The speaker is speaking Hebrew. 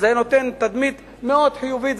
זה היה נותן תדמית מאוד חיובית,